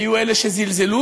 היו אלה שזלזלו,